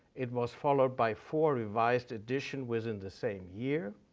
it was followed by four revised edition within the same year.